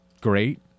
great